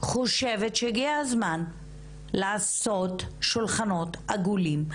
חושב שהגיע הזמן לעשות שולחנות עגולים,